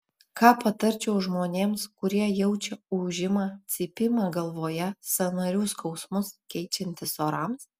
ką patarčiau žmonėms kurie jaučia ūžimą cypimą galvoje sąnarių skausmus keičiantis orams